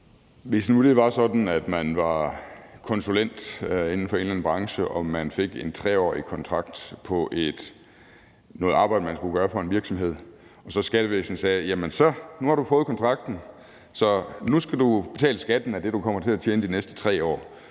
Hvis nu det var sådan, at man var konsulent inden for en eller anden branche, og man fik en 3-årig kontrakt på noget arbejde, man skulle gøre for en virksomhed, og så skattevæsenet sagde: Jamen nu har du fået kontrakten, så nu skal du betale skatten af det, du kommer til at tjene de næste 3 år